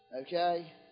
okay